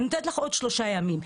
אני נותנת לך עוד שלושה ימים.